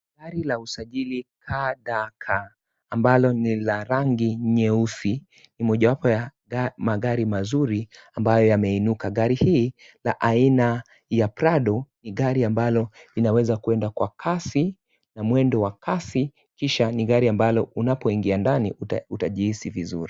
Gari la usajili KDK. Ambalo ni la rangi nyeusi. Ni mojawapo ya magari mazuri ambayo yameinuka. Gari hii la aina ya Prado, ni gari ambalo inaweza kuenda kwa kasi na mwendo wa kasi. Kisha ni gari ambalo unapoingia ndani utajihsi vizuri.